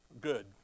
good